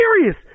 serious